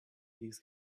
his